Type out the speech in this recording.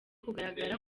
kugaragara